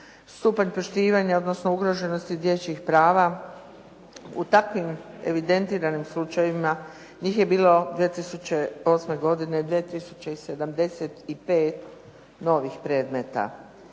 stupanj poštivanja odnosno ugroženosti dječjih prava u takvim evidentiranim slučajevima njih je bilo 2008. godine 2 tisuće 75 novih predmeta.